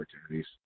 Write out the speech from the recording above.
opportunities